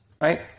right